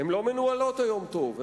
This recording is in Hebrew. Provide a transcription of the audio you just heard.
הן לא מנוהלות היום טוב,